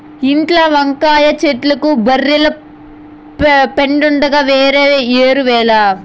ఇంట్ల వంకాయ చెట్లకు బర్రెల పెండుండగా వేరే ఎరువేల